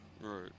Right